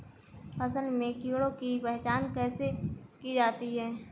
फसल में कीड़ों की पहचान कैसे की जाती है?